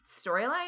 storyline